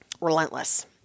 relentless